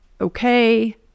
okay